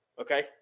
Okay